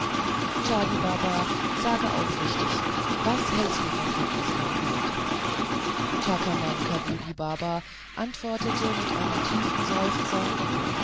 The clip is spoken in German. chadibaba sage aufrichtig was hältst du von fatmes krankheit chakamankabudibaba antwortete mit einem tiefen seufzer